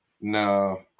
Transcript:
No